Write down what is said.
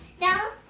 Down